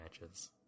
matches